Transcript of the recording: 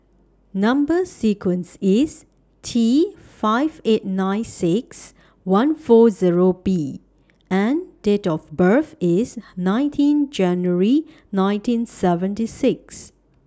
Number sequence IS T five eight nine six one four Zero B and Date of birth IS nineteen January nineteen seventy six